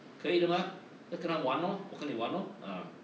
可以的吗他跟他玩 lor 我跟你玩 lor uh